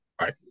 Right